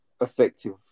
Effective